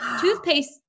toothpaste